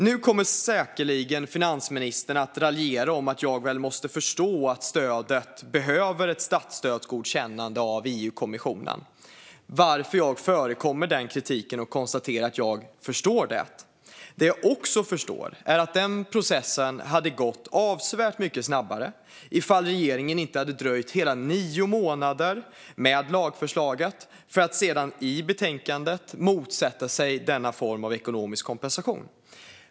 Nu kommer säkerligen finansministern att raljera om att jag väl måste förstå att stödet behöver ett statsstödsgodkännande av EU-kommissionen, varför jag förekommer den kritiken och konstaterar att jag förstår det. Det jag också förstår är att den processen hade gått avsevärt mycket snabbare ifall regeringen inte hade dröjt hela nio månader med lagförslaget för att sedan i betänkandet motsätta sig denna form av ekonomisk kompensation.